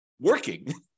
working